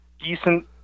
decent